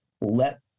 let